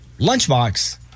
Lunchbox